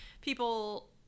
People